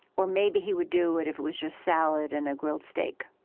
or maybe he would do it if it was just salad and a grilled steak.